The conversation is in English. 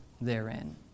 therein